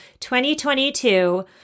2022